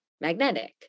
magnetic